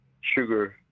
sugar